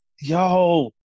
yo